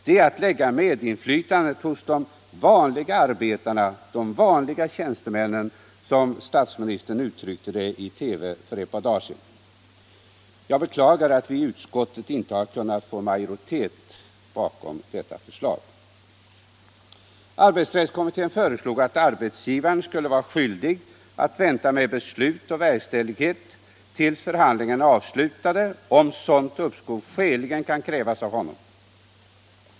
Det är att lägga medinflytandet hos de vanliga arbetarna, de vanliga tjänstemännen — som statsministern uttryckte det i TV för eu par dagar sedan. Jag beklagar att vi i utskottet inte har kunnat få majoritet för detta förslag. Arbetsrättskommittén föreslog att arbetsgivaren skulle vara skyldig att vänta med beslut och verkställighet därav tills förhandlingarna är avslutade, om sådant uppskov skäligen kan krävas av honom.